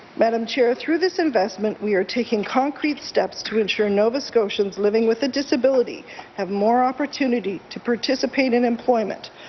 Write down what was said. madam chair, through this investment, we are taking concrete steps to ensure nova scotians living with a disability have more opportunity to participate in employment,